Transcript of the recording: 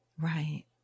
Right